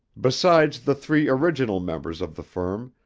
besides the three original members of the firm,